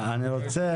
אני רוצה